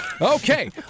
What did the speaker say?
Okay